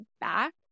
back